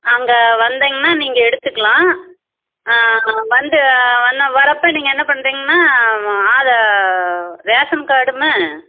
அங்கே வந்திங்கன்னா நீங்கள் எடுத்துக்கலாம் ஆ வந்து வன்ன வர்றப்போ நீங்கள் என்ன பண்ணுறீங்ன்னா ஆதை ரேஷன்கார்ட்